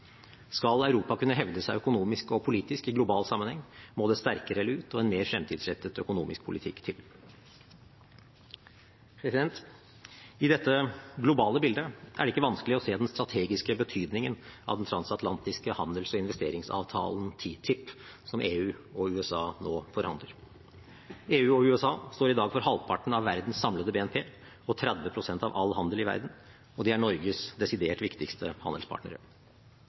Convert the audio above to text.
Skal Europa kunne hevde seg økonomisk og politisk i global sammenheng, må det sterkere lut og en mer fremtidsrettet økonomisk politikk til. I dette globale bildet er det ikke vanskelig å se den strategiske betydningen av den transatlantiske handels- og investeringsavtalen, TTIP, som EU og USA nå forhandler. EU og USA står i dag for halvparten av verdens samlede BNP og 30 pst. av all handel i verden, og de er Norges desidert viktigste handelspartnere.